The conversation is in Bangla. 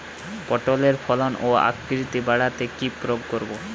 পটলের ফলন ও আকৃতি বাড়াতে কি প্রয়োগ করব?